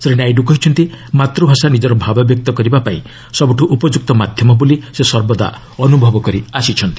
ଶ୍ରୀ ନାଇଡୁ କହିଛନ୍ତି ମାତୃଭାଷା ନିକ୍ର ଭାବବ୍ୟକ୍ତ କରିବା ପାଇଁ ସବୁଠୁ ଉପଯୁକ୍ତ ମାଧ୍ୟମ ବୋଲି ସେ ସର୍ବଦା ଅନୁଭବ କରିଆସିଛନ୍ତି